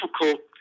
difficult